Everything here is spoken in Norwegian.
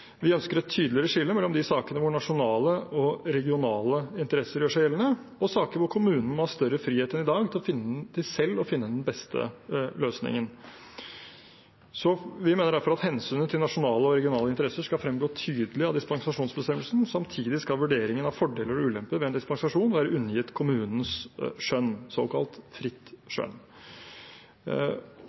Vi ønsker et tydeligere skille mellom saker der nasjonale og regionale interesser gjør seg gjeldende, og saker der kommunen må ha større frihet enn i dag til selv å finne den beste løsningen. Vi mener derfor at hensynet til nasjonale og regionale interesser skal fremgå tydelig av dispensasjonsbestemmelsen. Samtidig skal vurderingen av fordeler og ulemper ved en dispensasjon være undergitt kommunens skjønn, såkalt fritt skjønn.